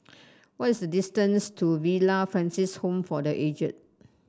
what is the distance to Villa Francis Home for The Aged